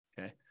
Okay